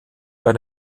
bei